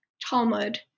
Talmud